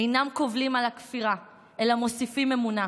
אינם קובלים על הכפירה אלא מוסיפים אמונה,